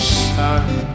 sun